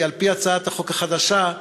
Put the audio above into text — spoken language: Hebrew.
כי על-פי הצעת החוק החדשה,